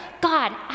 God